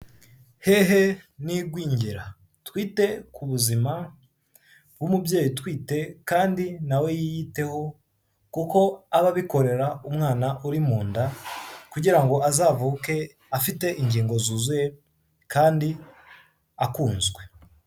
Hehe n'igwingira, twite ku buzima bw'umubyeyi utwite kandi nawe yiyiteho, kuko aba abikorera umwana uri mu nda, kugira ngo azavuke afite ingingo zuzuye kandi akunzwe.